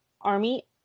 army